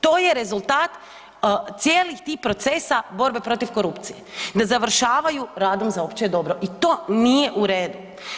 To je rezultat cijelih tih procesa borbe protiv korupcije da završavaju radom za opće dobro i to nije u redu.